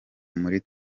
muri